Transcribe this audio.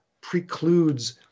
precludes